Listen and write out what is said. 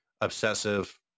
obsessive